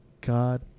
God